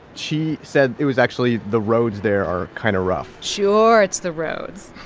she said it was actually the roads there are kind of rough sure, it's the roads